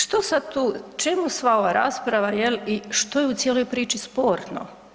Što sad tu, čemu sva ova rasprava jel i što je u cijeloj priči sporno?